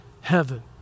heaven